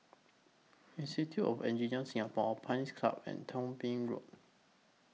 Institute of Engineers Singapore Pines Club and Thong Bee Road